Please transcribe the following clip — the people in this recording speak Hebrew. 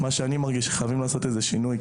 אני מרגיש שחייבים לעשות שינוי.